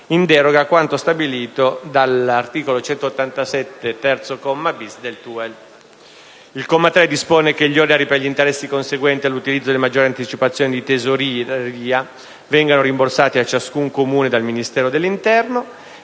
in deroga a quanto stabilito dall'articolo 187, comma 3-*bis*, del TUEL. Il comma 3 dispone che gli oneri per interessi conseguenti all'utilizzo delle maggiori anticipazioni di tesoreria vengano rimborsati a ciascun Comune dal Ministero dell'interno.